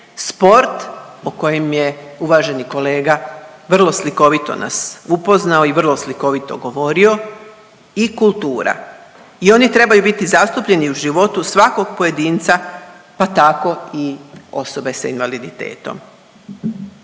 sport o kojem je uvaženi kolega vrlo slikovito nas upoznao i vrlo slikovito govorio i kultura i oni trebaju biti zastupljeni u životu svakog pojedinca, pa tako i osobe s invaliditetom.